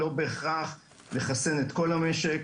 לא בהכרח לחסן את כל המשק,